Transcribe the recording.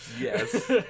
Yes